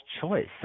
choice